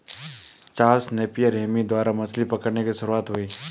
Charles Napier Hemy द्वारा मछली पकड़ने की शुरुआत हुई